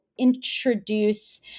Introduce